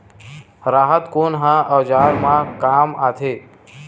राहत कोन ह औजार मा काम आथे?